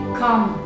come